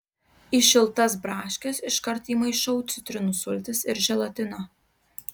į šiltas braškes iškart įmaišau citrinų sultis ir želatiną